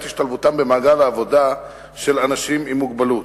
השתלבותם במעגל העבודה של אנשים עם מוגבלות.